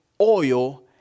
oil